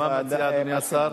מה מציע אדוני השר?